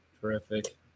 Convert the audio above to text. Terrific